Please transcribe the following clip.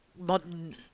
modern